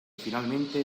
finalmente